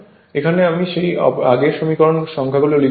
এখানে আমি সেই আগের সমীকরণ সংখ্যাগুলো লিখছি না